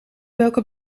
welke